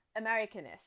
Americanist